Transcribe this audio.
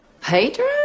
Pedro